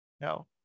No